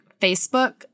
Facebook